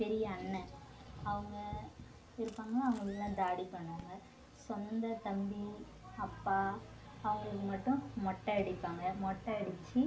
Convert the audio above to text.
பெரிய அண்ணன் அவங்க இருப்பாங்கள அவங்களுக்கெலாம் தாடி பண்ணுவாங்க சொந்த தம்பி அப்பா அவங்களுக்கு மட்டும் மொட்டை அடிப்பாங்க மொட்டை அடித்து